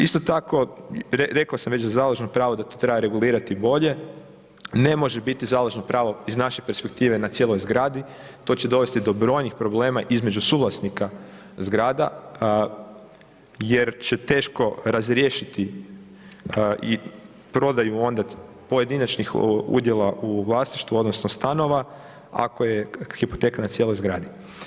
Isto tako rekao sam već, založno pravo da to treba regulirati bolje, ne može biti založno pravo iz naše perspektive na cijeloj zgradi, to će dovesti do brojnih problema između suvlasnika zgrada jer će teško razriješiti i prodaju onda pojedinačnih udjela u vlasništvu odnosno stanova ako je hipoteka na cijeloj zgradi.